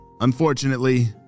Unfortunately